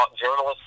journalists